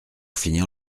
finir